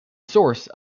source